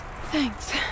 Thanks